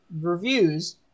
reviews